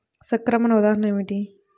సంక్రమణ ఉదాహరణ ఏమిటి?